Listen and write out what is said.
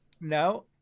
No